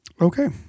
Okay